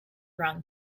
run